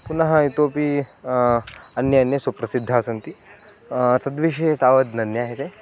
पुनः इतोपि अन्ये अन्ये सुप्रसिद्धाः सन्ति तद्विषये तावत् न ज्ञायते